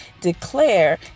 Declare